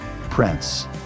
Prince